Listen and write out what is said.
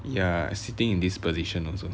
ya sitting in this position also